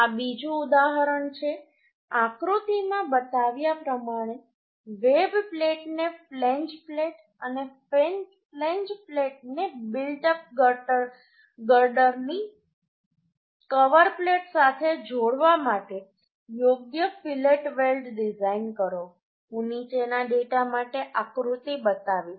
આ બીજું ઉદાહરણ છે આકૃતિમાં બતાવ્યા પ્રમાણે વેબ પ્લેટને ફ્લેંજ પ્લેટ અને ફ્લેંજ પ્લેટને બિલ્ટ અપ ગર્ડરની કવર પ્લેટ સાથે જોડવા માટે યોગ્ય ફીલેટ વેલ્ડ ડિઝાઇન કરો હું નીચેના ડેટા માટે આકૃતિ બતાવીશ